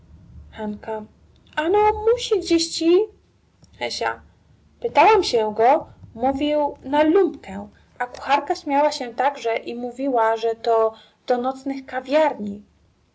musi gdzieści pytałam się go mówił na lumpkę a kucharka śmiała się także i mówiła że to do nocnych kawiarni